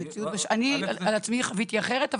המציאות בשטח שאני על עצמי חוויתי הייתה אחרת,